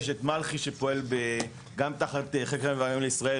יש את מלח"י שגם פועל תחת חקר הימים והאגמים לישראל,